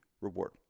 reward